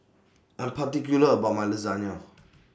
I'm particular about My Lasagna